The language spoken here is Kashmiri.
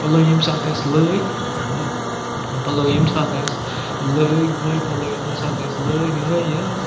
پَلو ییٚمۍ ساتہٕ اَسہِ لٲگۍ پَلو ییٚمۍ ساتہٕ اَسہِ لٲگۍ نٔے پَلو ییٚمۍ ساتہٕ اَسہِ لٲگۍ نٔے یا